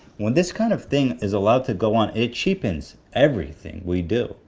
when this kind of thing is allowed to go on, it cheapens everything we do.